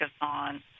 on